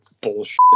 bullshit